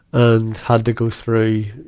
and had to go through,